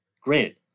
Granted